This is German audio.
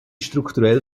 strukturell